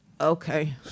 Okay